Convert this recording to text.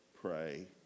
pray